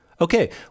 Okay